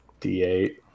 D8